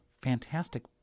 fantastic